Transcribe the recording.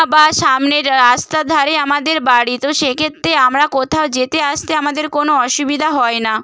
বা সামনের রাস্তার ধারে আমাদের বাড়ি তো সেক্ষেত্রে আমরা কোথাও যেতে আসতে আমাদের কোনো অসুবিধা হয় না